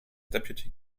deputy